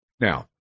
Now